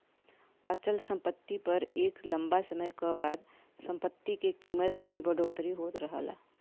अचल सम्पति पर एक लम्बा समय क बाद सम्पति के कीमत में भी बढ़ोतरी होत रहला